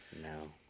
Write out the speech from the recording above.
No